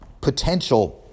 potential